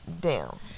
down